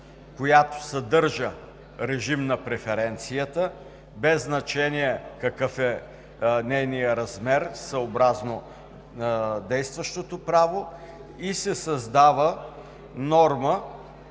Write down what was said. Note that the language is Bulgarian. която съдържа режим на преференцията, без значение какъв е нейният размер съобразно действащото право, и се създава норма